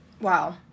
Wow